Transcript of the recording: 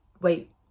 Wait